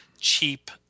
cheap